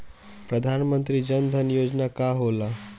प्रधानमंत्री जन धन योजना का होला?